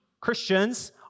Christians